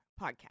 podcast